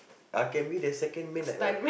I can be the second man like a